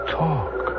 talk